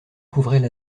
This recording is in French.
couvraient